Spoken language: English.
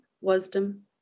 wisdom